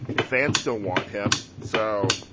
the fans still want him. so.